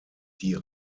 die